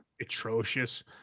atrocious